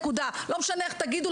לא משנה איך תגידו,